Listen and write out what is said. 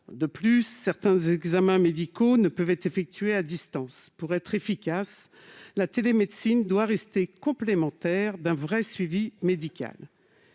De plus, certains examens médicaux ne peuvent pas être réalisés à distance. Alors que, pour être efficace, la télémédecine doit rester complémentaire d'un vrai suivi médical,